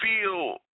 feel